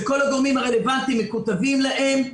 שכל הגורמים הרלוונטיים מכותבים להם.